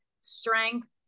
strength